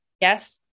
Yes